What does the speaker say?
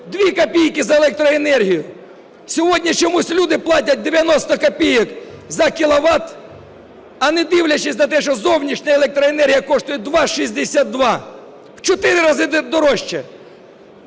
2 копійки за електроенергію. Сьогодні чомусь люди платять 90 копійок за кіловат, а не дивлячись на те, що зовнішня електроенергія коштує 2.62, в 4 рази дорожче.